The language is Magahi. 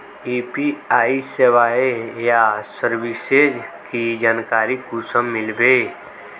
यु.पी.आई सेवाएँ या सर्विसेज की जानकारी कुंसम मिलबे?